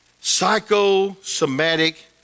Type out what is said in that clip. Psychosomatic